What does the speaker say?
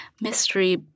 mystery